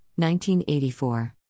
1984